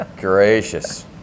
gracious